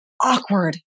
awkward